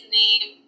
name